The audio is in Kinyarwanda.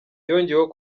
yongeyeho